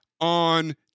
on